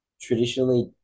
traditionally